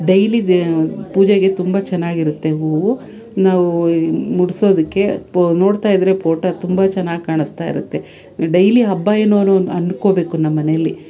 daily ದೇ ಪೂಜೆಗೆ ತುಂಬ ಚೆನ್ನಾಗಿರುತ್ತೆ ಹೂವು ನಾವೂ ಈ ಮುಡಿಸೋದಕ್ಕೆ ಪೊ ನೋಡ್ತಾಯಿದ್ರೆ ಪೋಟೋ ತುಂಬ ಚೆನ್ನಾಗಿ ಕಾಣಿಸ್ತಾ ಇರುತ್ತೆ ಡೈಲಿ ಹಬ್ಬ ಏನೋನೋ ಅಂದ್ಕೊಬೇಕು ನಮ್ಮ ಮನೆಯಲ್ಲಿ